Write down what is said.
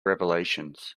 revelations